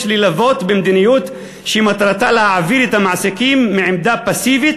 ללוות במדיניות שמטרתה להעביר את המעסיקים מעמדה פסיבית